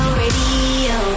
radio